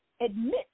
admit